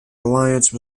alliance